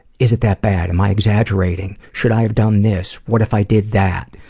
is it that bad? am i exaggerating? should i have done this? what if i did that?